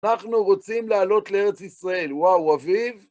אנחנו רוצים לעלות לארץ ישראל. וואו, אביב!